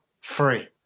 free